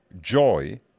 joy